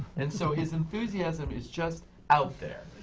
and so, his enthusiasm is just out there!